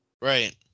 right